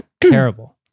terrible